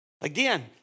Again